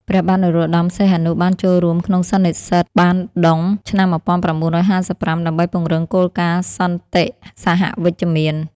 ព្រះបានរោត្តម សីហនុ បានចូលរួមក្នុងសន្និសីទបានឌុងឆ្នាំ ១៩៥៥ ដើម្បីពង្រឹងគោលការណ៍សន្តិសហវិជ្ជមាន។